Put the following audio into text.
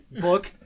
book